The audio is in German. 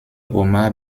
homer